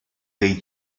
dei